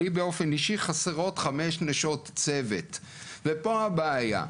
לי באופן אישי חסרות חמש נשות צוות ופה הבעיה.